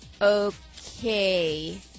Okay